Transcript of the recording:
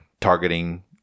targeting